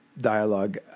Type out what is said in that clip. dialogue